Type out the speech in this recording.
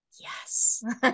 yes